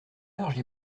large